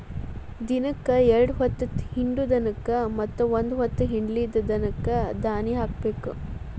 ದಿನಕ್ಕ ಎರ್ಡ್ ಹೊತ್ತ ಹಿಂಡು ದನಕ್ಕ ಮತ್ತ ಒಂದ ಹೊತ್ತ ಹಿಂಡಲಿದ ದನಕ್ಕ ದಾನಿ ಹಾಕಬೇಕ